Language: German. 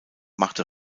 machte